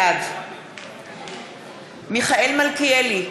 בעד מיכאל מלכיאלי,